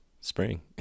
spring